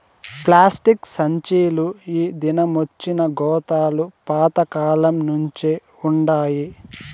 plastic సంచీలు ఈ దినమొచ్చినా గోతాలు పాత కాలంనుంచే వుండాయి